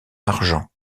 argent